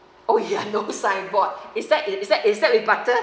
oh ya no signboard is that is that is that with butter